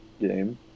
game